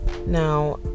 Now